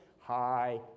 high